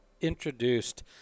introduced